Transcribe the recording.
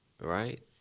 Right